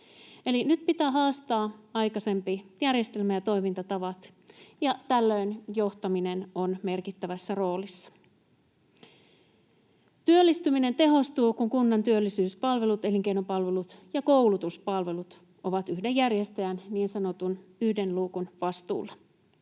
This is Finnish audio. nyt pitää haastaa aikaisempi järjestelmä ja toimintatavat, ja tällöin johtaminen on merkittävässä roolissa. Työllistyminen tehostuu, kun kunnan työllisyyspalvelut, elinkeinopalvelut ja koulutuspalvelut ovat yhden järjestäjän, niin sanotun yhden luukun, vastuulla.